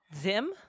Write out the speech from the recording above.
Zim